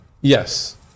Yes